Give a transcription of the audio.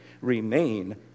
remain